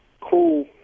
cool